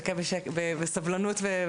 בסדר?